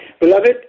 Beloved